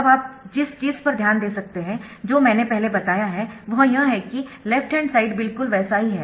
अब आप जिस चीज पर ध्यान दे सकते है जो मैंने पहले बताया है वह यह है कि लेफ्ट हैंड साइड बिल्कुल वैसा ही है